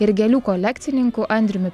ir gėlių kolekcininku andriumi